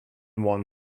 one